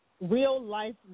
real-life